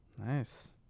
Nice